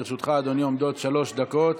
לרשותך, אדוני, עומדות שלוש דקות.